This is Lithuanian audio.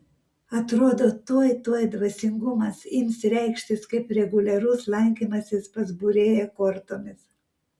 atrodo tuoj tuoj dvasingumas ims reikštis kaip reguliarus lankymasis pas būrėją kortomis